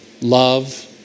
love